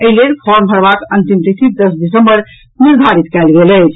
एहि लेल फार्म भरबाक अंतिम तिथि दस दिसंबर निर्धारित कयल गेल अछि